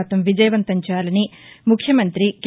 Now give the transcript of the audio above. శాతం విజయవంతం చేయాలని ముఖ్యమంతి కె